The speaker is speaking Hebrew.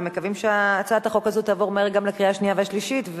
ומקווים שהצעת החוק הזאת תעבור מהר גם בקריאה שנייה ושלישית.